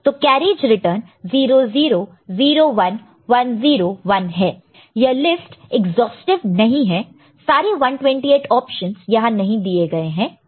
तो carriage return 0 0 0 1 1 0 1 है यह लिस्ट एग्जास्टिव नहीं है सारे 128 ऑप्शन यहां नहीं दिए गए हैं